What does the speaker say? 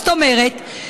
זאת אומרת,